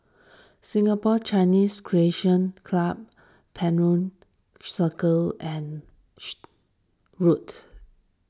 Singapore Chinese Recreation Club Penjuru Circle and what